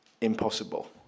impossible